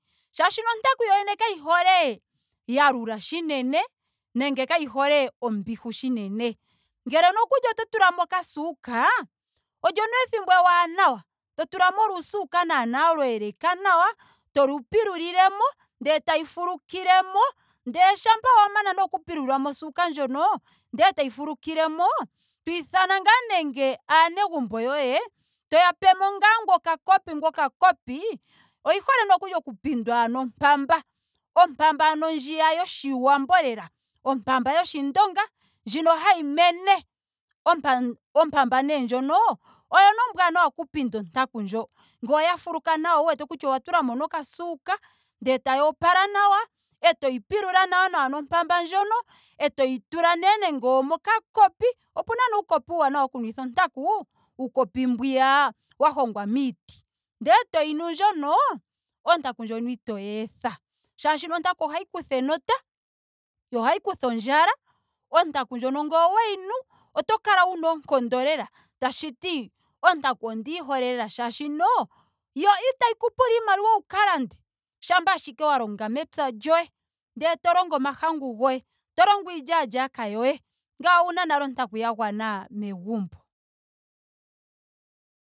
Molwaashoka ontaku yoyene kayi hole ya lula shinene nenge kayi hole ombihu shinene. Ngele nokuli oto tulamo okasuuka olyo nee ethimbo ewanawa to tulamo olusuuka naana lweeleka nawa tolu pilulilemo ndele tayi fulukilemo. Ndele shampa wa mana oku pilulilamo osuuka ndjono ndele etayi fulukilemo. twiithana nee nando aanegumbo yoye toya pemo ngaa ngu okakopi ngu okakopi. Oyi hole nokuli oku pindwa nompamba. Ompamba ano ndji yoshiwambo lela. Ompamba yoshindonga ndjino hayi mene. ompamba nee ndjono oyo nee ombwaanawa oku pinda ontaku ndjo. Ngele oya fuluka nawa wu wete kutya owa tulamo nokasuuka ndele tayi opala nawa. etoyi pilula nawa nawa nompamba ndjono etoyi tula nee nando omokakopi. Opena nee uukopi uuwanawa woku nwitha ontaku. uukopi mbwiya wa hongwa miiti. Ndele etoyi nu ndjono. ontaku ndjono itoyi etha. Molwaashoka ontaku ohayi kutha enota. yo ohayi kutha ondjala. Ontaku ndjono ngele oweyi nu oto kalawuna oonkondo lela. Tashiti ontaku ondiyi hole lela molwaashoka yo itayi ku pula iimaliwa wu ka. Shampa ashike wa longa mepya lyoye. ndele to longo o mahangu goye. to longo iilyaalyaka yoye ngawo ouna nale ontaku ya gwana megumbo